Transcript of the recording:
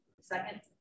Second